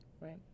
Right